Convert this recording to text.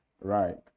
Right